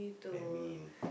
admin